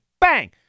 Bang